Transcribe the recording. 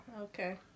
Okay